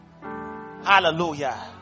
Hallelujah